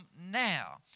now